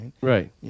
right